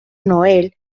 noël